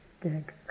big